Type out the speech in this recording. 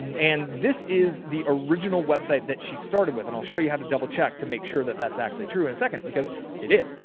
and and this is the original website that she started with. and i'll show you how to double check to make sure that that's actually true in a second, because it is,